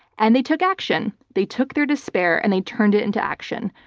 and they took action. they took their despair and they turned it into action.